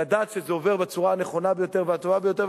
לדעת שזה עובר בצורה הנכונה ביותר והטובה ביותר.